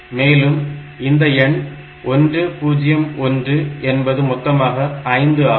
மேலும் இந்த எண் 1 0 1 என்பது மொத்தமாக 5 ஆகும்